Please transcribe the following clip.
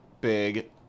big